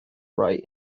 wright